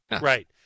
right